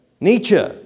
Nietzsche